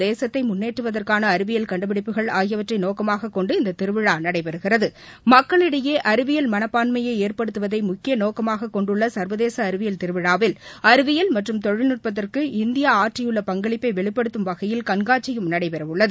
தேசத்தை முன்னேற்றுவதற்கான அறிவியல் கண்டுபிடிப்புகள் ஆகியவற்றை நோக்கமாக கொண்டு இந்த திருவிழா நடைபெறுகிறது மக்களிடையே அறிவியல் மனப்பான்எமயை ஏற்படுத்துவதை முக்கிய நோக்கமாக கொண்டுள்ள சர்வதேச அறிவியல் திருவிழாவில் அறிவியல் மற்றும் தொழில்நுட்பத்திற்கு இந்தியா ஆற்றியுள்ள பங்களிப்பை வெளிப்படுத்தும் வகையில் கண்காட்சியும் நடைபெறவுள்ளது